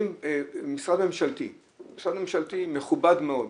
אם משרד ממשלתי מכובד מאוד,